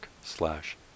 slash